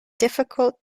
difficult